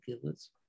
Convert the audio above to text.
killers